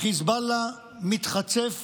החיזבאללה מתחצף